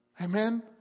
Amen